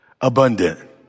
abundant